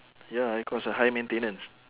ya high cost ah high maintenance